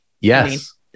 Yes